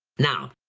now,